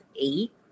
eight